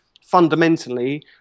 Fundamentally